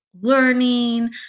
learning